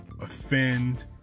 offend